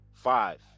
Five